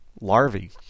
larvae